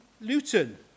Luton